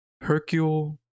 Hercule